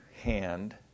hand